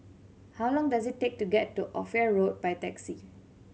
how long does it take to get to Ophir Road by taxi